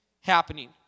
happening